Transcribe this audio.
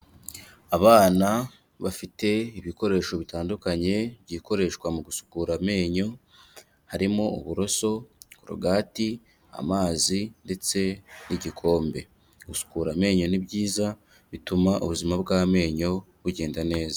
Abana bafite ibikoresho bitandukanye byikoreshwa mu gusukura amenyo, harimo uburoso, korogati, amazi ndetse n'igikombe. Gusukura amenyo ni byiza bituma ubuzima bw'amenyo bugenda neza.